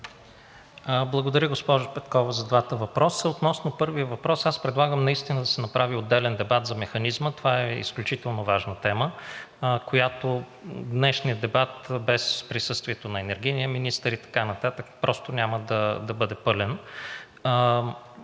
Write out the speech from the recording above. Благодаря, госпожо Петкова, за двата въпроса. Относно първия въпрос аз предлагам наистина да се направи отделен дебат за механизма. Това е изключително важна тема, която в днешния дебат – без присъствието на енергийния министър и така нататък, просто няма да бъде пълна.